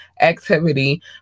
activity